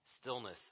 stillness